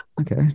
Okay